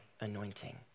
anointing